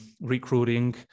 recruiting